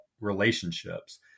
relationships